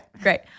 Great